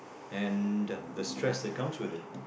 and the stress that comes with it